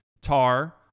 Tar